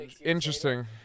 interesting